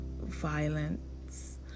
violence